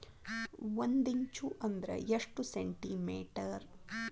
ಒಂದಿಂಚು ಅಂದ್ರ ಎಷ್ಟು ಸೆಂಟಿಮೇಟರ್?